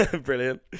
Brilliant